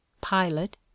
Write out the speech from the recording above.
pilot